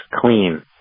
clean